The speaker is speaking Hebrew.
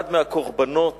אחד מהקורבנות